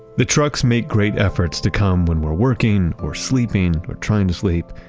the trucks make great efforts to come when we're working or sleeping or trying to sleep,